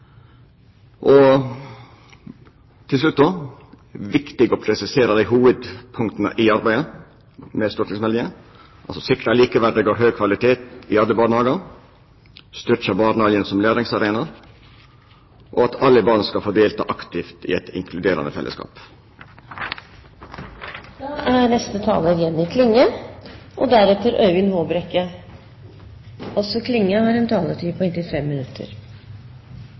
barna. Til slutt: Det er viktig å presisera hovudpunkta i arbeidet med stortingsmeldinga: sikra likeverdig og høg kvalitet i alle barnehagar styrkja barnehagen som læringsarena alle barn skal få delta aktivt i eit inkluderande fellesskap Senterpartiet er oppteke av at vi skal bevare barnehagens eigenart, og